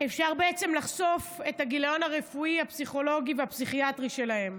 אפשר בעצם לחשוף את הגיליון הרפואי הפסיכולוגי והפסיכיאטרי שלהם.